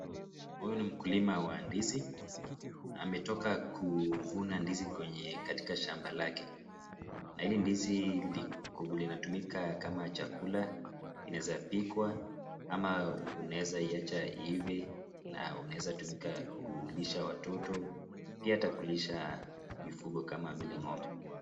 Huyu ni mkulima wa ndizi. Ametoka kuvuna ndizi kwenye katika shamba lake na hili ndizi linatumika kama chakula. Inaweza pikwa, ama unaweza iwacha iive na unaweza tumika kulisha watoto, pia hata kulisha mifugo kama vile ng'ombe.